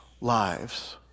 lives